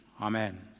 Amen